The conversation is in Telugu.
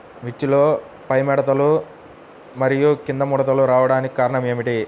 మిర్చిలో పైముడతలు మరియు క్రింది ముడతలు రావడానికి కారణం ఏమిటి?